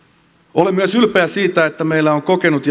olen myös ylpeä siitä että meillä on kokenut